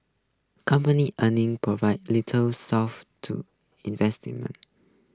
company earnings provided little solace to investment